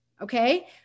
okay